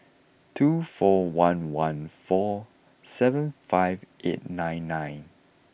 two four one one four seven five eight nine nine